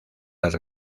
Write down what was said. las